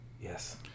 yes